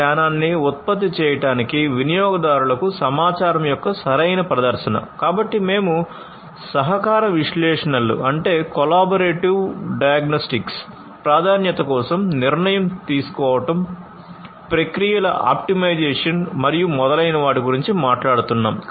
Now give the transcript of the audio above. జ్ఞానం ప్రాధాన్యత కోసం నిర్ణయం తీసుకోవడం ప్రక్రియల ఆప్టిమైజేషన్ మరియు మొదలైన వాటి గురించి మాట్లాడుతున్నాము